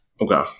Okay